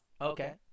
Okay